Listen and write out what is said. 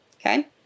Okay